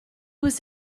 was